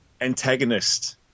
antagonist